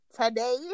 Today